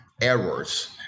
errors